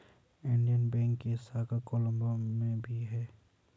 Indian bank की शाखा कोलम्बो में भी है